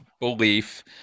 belief